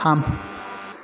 थाम